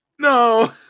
No